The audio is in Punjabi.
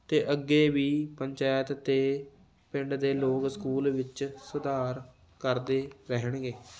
ਅਤੇ ਅੱਗੇ ਵੀ ਪੰਚਾਇਤ ਅਤੇ ਪਿੰਡ ਦੇ ਲੋਕ ਸਕੂਲ ਵਿੱਚ ਸੁਧਾਰ ਕਰਦੇ ਰਹਿਣਗੇ